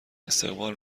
استقبال